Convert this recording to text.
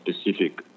specific